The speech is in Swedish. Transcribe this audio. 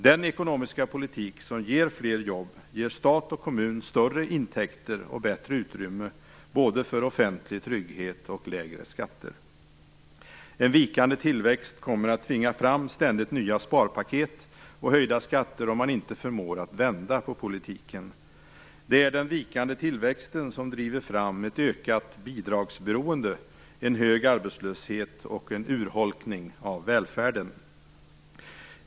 Den ekonomiska politik som ger fler jobb ger stat och kommun större intäkter och bättre utrymme, både för offentlig trygghet och lägre skatter. En vikande tillväxt kommer ständigt att tvinga fram nya sparpaket och höjda skatter om man inte förmår att vända på politiken. Det är den vikande tillväxten som driver fram ett ökat bidragsberoende, en hög arbetslöshet och en urholkning av välfärden.